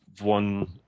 one